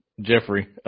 Jeffrey